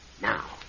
Now